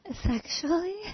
Sexually